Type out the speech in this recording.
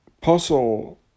puzzle